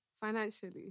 financially